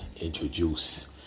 introduce